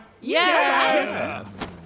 Yes